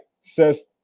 Says